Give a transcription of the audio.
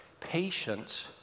patience